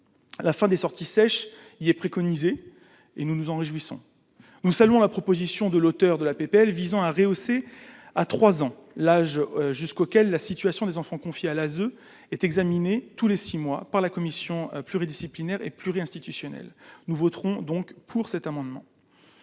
la fin des sorties sèches, il est préconisé et nous nous en réjouissons nous saluons la proposition de l'auteur de la PPL visant à rehausser à 3 ans l'âge jusqu'auquel la situation des enfants confiés à l'ASE est examiné tous les 6 mois par la commission pluridisciplinaire et pluri-institutionnel, nous voterons donc pour cet amendement.